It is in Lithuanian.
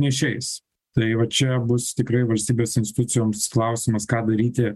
neišeis tai va čia bus tikrai valstybės institucijoms klausimas ką daryti